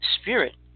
Spirit